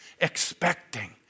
expecting